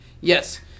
Yes